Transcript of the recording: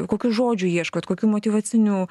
kokių žodžių ieškot kokių motyvacinių